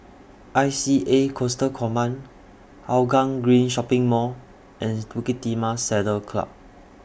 I C A Coastal Command Hougang Green Shopping Mall and Bukit Timah Saddle Club